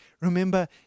Remember